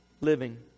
living